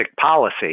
policy